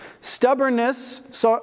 Stubbornness